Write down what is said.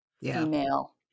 female